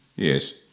Yes